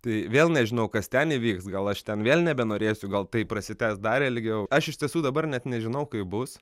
tai vėl nežinau kas ten įvyks gal aš ten vėl nebenorėsiu gal taip prasitęs dar ilgiau aš iš tiesų dabar net nežinau kaip bus